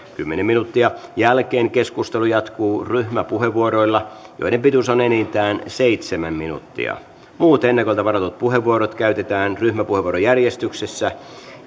kymmenen minuuttia jälkeen keskustelu jatkuu ryhmäpuheenvuoroilla joiden pituus on enintään seitsemän minuuttia muut ennakolta varatut puheenvuorot käytetään ryhmäpuheenvuorojärjestyksessä